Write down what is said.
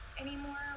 anymore